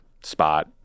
spot